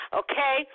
okay